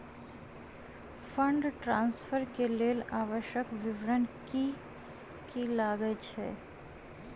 Fund transfer केँ लेल आवश्यक विवरण की की लागै छै?